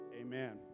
Amen